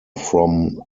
from